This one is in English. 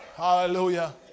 Hallelujah